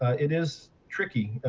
it is tricky. ah